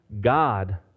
God